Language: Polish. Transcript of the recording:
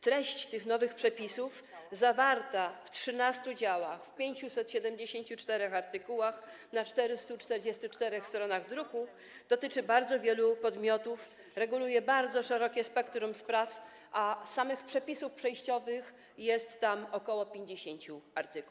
Treść tych nowych przepisów zawarta w 13 działach w 574 artykułach na 444 stronach druku dotyczy bardzo wielu podmiotów, reguluje bardzo szerokie spektrum spraw, a samych przepisów przejściowych jest tam ok. 50.